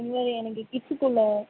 இதுமாதிரி எனக்கு கிட்ஸுக்கு உள்ள